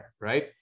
right